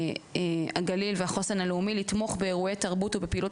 הגליל והחוסן הלאומי לתמוך באירועי תרבות ובפעילות